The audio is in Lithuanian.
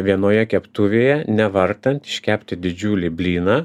vienoje keptuvėje nevartant iškepti didžiulį blyną